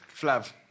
Flav